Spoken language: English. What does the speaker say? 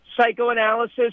psychoanalysis